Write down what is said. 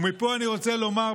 ומפה אני רוצה לומר,